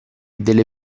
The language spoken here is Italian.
delle